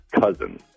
cousin